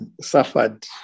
suffered